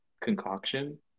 concoction